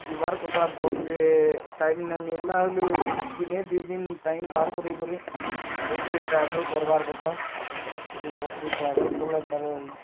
ଯିବାର୍ କଥା ବସ୍ରେ ଟାଇମ୍ ନାଇଁ ମିଲ୍ଲା ବୋଲି ଦିନେ ଦୁଇ ଦିନ ଟାଇମ୍ ବାହାର କରି କରି ବସ୍ରେ ଟ୍ରାଭେଲ୍ କର୍ବାର୍ କଥା ତେଣୁ ବସ୍ରେ ଟ୍ରାଭେଲ୍ କଲେ ତା'ର